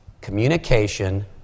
communication